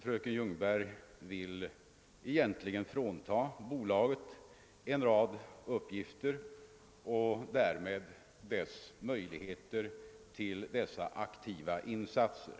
Fröken Ljungberg vill frånta bolaget en rad av dessa uppgifter och därmed förhindra för bolaget att göra aktiva insatser.